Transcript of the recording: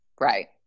Right